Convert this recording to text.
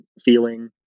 feeling